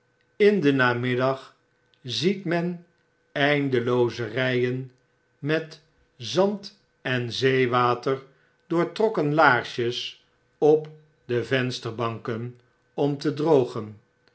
in en namiddag ziet men eindelooze ryen metzandenzeewater doortrokken laarsjes op de vensterbanken om te drogen